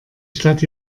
stadt